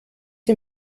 sie